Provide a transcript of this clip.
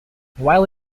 while